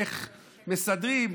איך מסדרים?